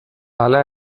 hala